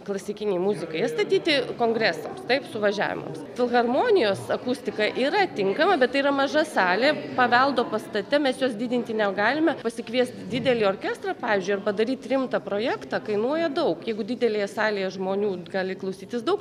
klasikinei muzikai jie statyti kongresams taip suvažiavimams filharmonijos akustika yra tinkama bet tai yra maža salė paveldo pastate mes jos didinti negalime pasikviest didelį orkestrą pavyzdžiui arba daryt rimtą projektą kainuoja daug jeigu didelėje salėje žmonių gali klausytis daug